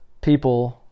people